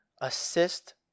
assist